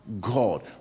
God